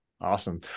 Awesome